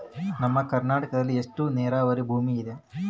ನಮ್ಮ ಕರ್ನಾಟಕದಲ್ಲಿ ಎಷ್ಟು ನೇರಾವರಿ ಭೂಮಿ ಇದೆ?